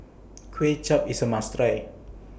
Kuay Chap IS A must Try